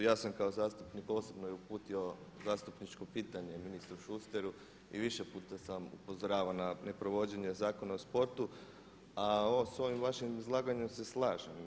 Ja sam kao zastupnik osobno i uputio zastupničko pitanje ministru Šusteru i više puta sam upozoravao na ne provođenje Zakona o sportu, a s ovim vašim izlaganjem se slažem.